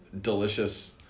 delicious